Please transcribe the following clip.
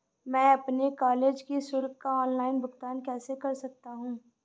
मैं अपने कॉलेज की शुल्क का ऑनलाइन भुगतान कैसे कर सकता हूँ?